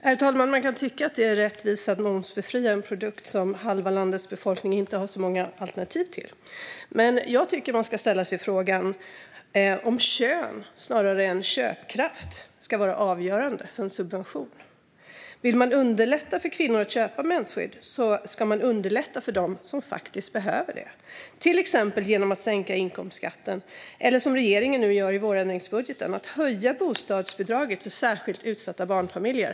Herr talman! Man kan tycka att det är rättvist att momsbefria en produkt som halva landets befolkning inte har så många alternativ till. Jag tycker dock att man ska fråga sig om kön snarare än köpkraft ska vara avgörande för en subvention. Vill man underlätta för kvinnor att köpa mensskydd ska man underlätta för dem som faktiskt behöver det, till exempel genom att sänka inkomstskatten eller, som regeringen nu gör i vårändringsbudgeten, höja bostadsbidraget för särskilt utsatta barnfamiljer.